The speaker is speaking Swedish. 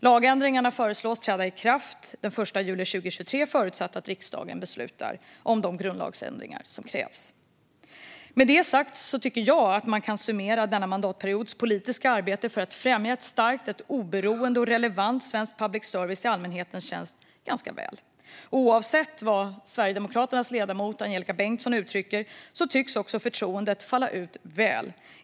Lagändringarna föreslås träda i kraft den 1 juli 2023, förutsatt att riksdagen beslutar om de grundlagsändringar som krävs. Med det sagt tycker jag att man kan summera denna mandatperiods politiska arbete för att främja ett starkt, oberoende och relevant svenskt public service i allmänhetens tjänst ganska väl. Oavsett vad Sverigedemokraternas ledamot Angelika Bengtsson uttrycker tycks också förtroendet falla ut väl.